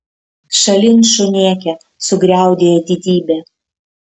šalin šunėke sugriaudėjo didybė